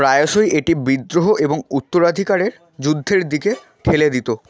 প্রায়শই এটি বিদ্রোহ এবং উত্তরাধিকারের যুদ্ধের দিকে ঠেলে দিতো